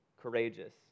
courageous